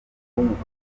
w’umupira